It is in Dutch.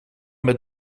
met